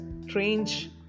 strange